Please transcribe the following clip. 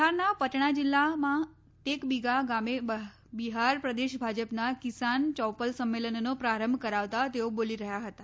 બિહારના પટણા જિલ્લામાં ટેકબિગા ગામે બિહાર પ્રદેશ ભાજપના કિસાન ચૌપલ સંમેલનનો પ્રારંભ કરાવતા તેઓ બોલી રહ્યા હતા